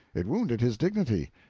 it wounded his dignity,